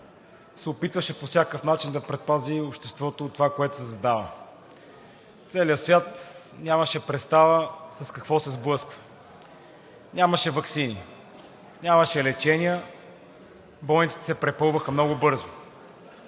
се опитваше по всякакъв начин да предпази обществото от това, което се задава. Целият свят нямаше представа с какво се сблъсква. Нямаше ваксини, нямаше лечение, болниците се препълваха много бързо.